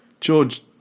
George